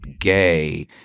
gay